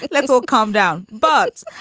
let's all calm down but